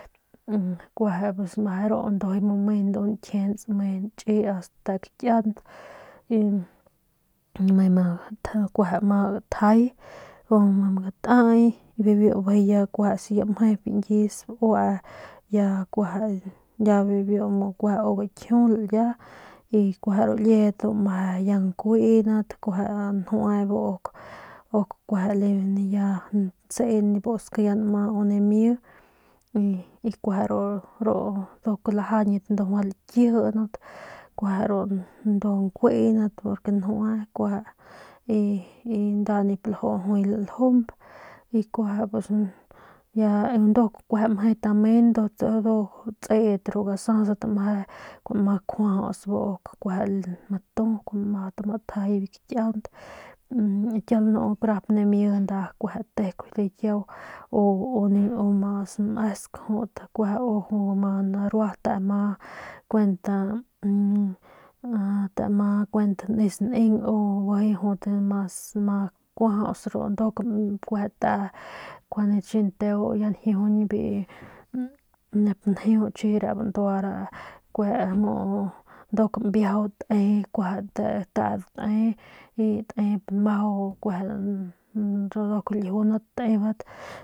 Kueje pus mje dojoy mje ke nkijiens nme ntschi kiant y be ma kueje ma gtjai u mu mje ke ma gtaai y biu ya kuje si me nyis bue ya kueje ya bibiu mu kueje ma gkijiul ya y kueje ru liedat nkuiynat njue ok kueje ya ntsen buscat ya nma u nimie y kueje ru ru doc lajañyit lkijinat porque njue kueje y nda nip ljuu jui laljump y kueje y ya kueje nduk meje kuanma kjuajauts bu uk matu ma gatjay biu kakiaunt kiau lanu karap nami nda kueje teuk de kiau o mas mesku kueje ma narua te ma ma nes neng bijiy mas ma kuajuts ru nduk kueje nkjuande chini nteu ya njiujuñ biu nep njeu chi re bandua re kueje muu nduk mbiaju tep nmaju ru nduk ljunat.